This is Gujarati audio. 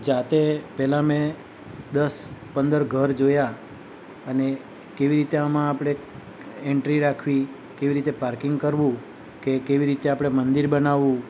જાતે પહેલાં મેં દસ પંદર ઘર જોયાં અને કેવી રીતે આમાં આપણે એન્ટ્રી રાખવી કેવી રીતે પાર્કિંગ કરવું કે કેવી રીતે આપણે મંદિર બનાવવું